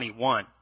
21